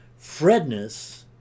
fredness